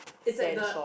is at the